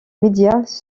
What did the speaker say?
médias